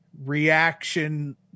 reaction